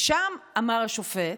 שם אמר השופט: